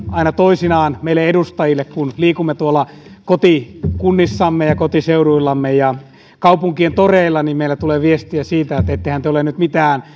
aina toisinaan meille edustajille kun liikumme tuolla kotikunnissamme kotiseuduillamme ja kaupunkien toreilla tulee sellaista viestiä että ettehän te ole nyt mitään